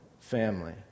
family